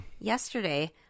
Yesterday